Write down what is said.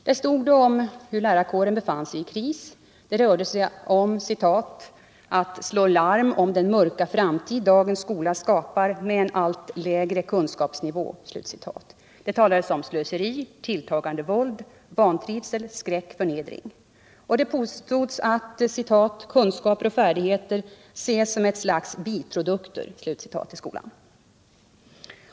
Det stod där att lärarkåren befinner sig i kris och att det rörde sig om att ”slå larm om den mörka framtid dagens skola skapar med en allt lägre kunskapsnivå”. Det talades vidare om slöseri, tilltagande våld, vantrivsel, skräck, förnedring, och det påstods att ”kunskaper och färdigheter ses som ett slags biprodukter” i skolan.